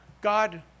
God